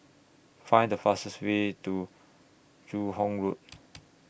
Find The fastest Way to Joo Hong Road